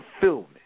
fulfillment